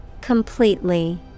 Completely